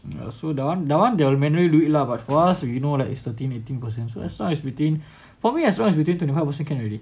so that [one] that [one] they will manually do it lah but for us we know it is like thirteenth eighteen percent so as between for me as long as below twenty five percent can already